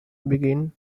begin